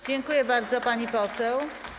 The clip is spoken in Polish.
Dziękuję bardzo, pani poseł.